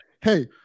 Hey